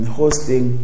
hosting